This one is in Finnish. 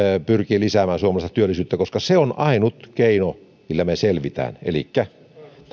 pyrkii lisäämään suomalaista työllisyyttä koska se on ainut keino millä me selviämme elikkä